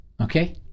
okay